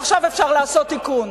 עכשיו אפשר לעשות תיקון.